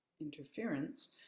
interference